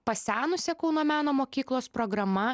pasenusia kauno meno mokyklos programa